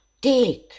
dick